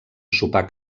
sopar